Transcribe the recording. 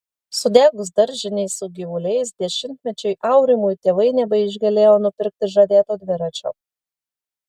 sudegus daržinei su gyvuliais dešimtmečiui aurimui tėvai nebeišgalėjo nupirkti žadėto dviračio